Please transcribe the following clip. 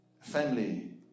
Family